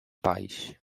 pais